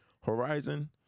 Horizon